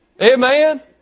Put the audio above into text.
Amen